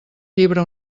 llibre